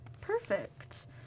Perfect